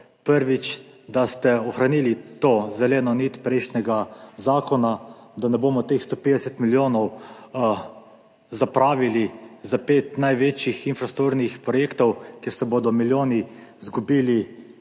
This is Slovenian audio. Prvič, da ste ohranili to zeleno nit prejšnjega zakona, da ne bomo teh 150 milijonov zapravili za pet največjih infrastrukturnih projektov, kjer se bodo milijoni izgubili v